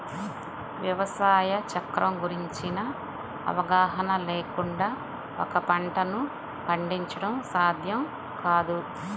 వ్యవసాయ చక్రం గురించిన అవగాహన లేకుండా ఒక పంటను పండించడం సాధ్యం కాదు